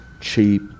cheap